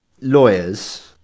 lawyers